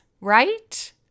right